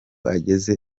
ageze